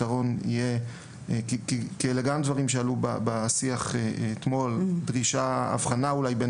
כי בשיח אתמול עלתה דרישה להבחנה בין